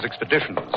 expeditions